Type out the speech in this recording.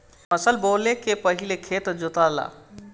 फसल बोवले के पहिले खेत जोताला